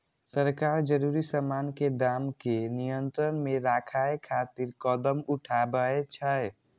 सरकार जरूरी सामान के दाम कें नियंत्रण मे राखै खातिर कदम उठाबै छै